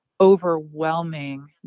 overwhelming